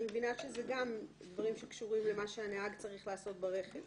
אני מבינה שאלה גם דברים שקשורים למה שהנהג צריך לעשות ברכב.